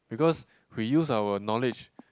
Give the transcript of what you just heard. because we use our knowledge